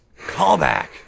Callback